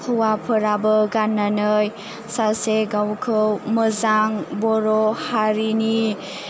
हौवाफोराबो गाननानै सासे गावखौ मोजां बर' हारिनि